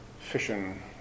fission